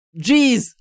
Jeez